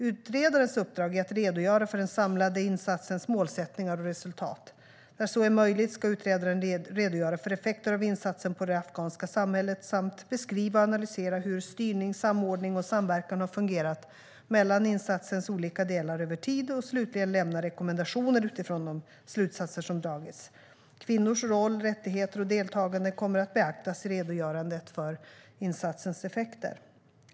Utredarens uppdrag är att redogöra för den samlade insatsens målsättningar och resultat. Där så är möjligt ska utredaren redogöra för effekter av insatsen på det afghanska samhället samt beskriva och analysera hur styrning, samordning och samverkan har fungerat mellan insatsens olika delar över tid. Utredaren ska slutligen lämna rekommendationer utifrån de slutsatser som har dragits. Kvinnors roll, rättigheter och deltagande kommer att beaktas i redogörandet för insatsens effekter.